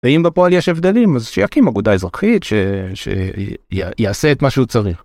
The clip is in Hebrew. ואם בפועל יש הבדלים אז שיקים אגודה אזרחית שיעשה את מה שהוא צריך.